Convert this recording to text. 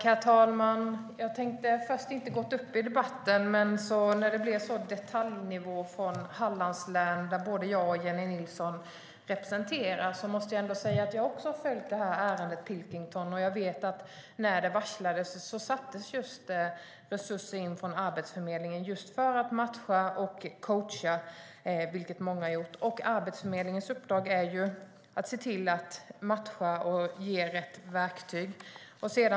Herr talman! Jag tänkte först inte gå upp i debatten, men när det blev en sådan detaljnivå från Hallands län, som både jag och Jennie Nilsson representerar, måste jag säga att också jag har följt ärendet om Pilkington. Jag vet att när det varslades sattes resurser in från Arbetsförmedlingen just för att matcha och coacha, vilket också har gjorts för många. Arbetsförmedlingen uppdrag är ju att se till att matcha och ge rätt verktyg.